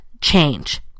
change